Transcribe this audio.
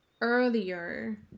earlier